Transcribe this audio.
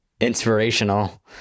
inspirational